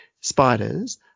spiders